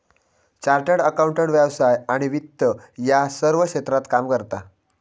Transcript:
chartered accountant व्यवसाय आणि वित्त या सर्व क्षेत्रात काम करता